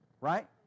Right